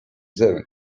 zone